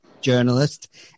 journalist